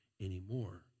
anymore